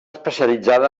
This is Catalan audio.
especialitzada